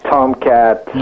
Tomcat